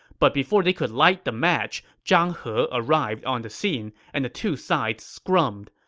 but before they could light the match, zhang he arrived on the scene, and the two sides scrummed.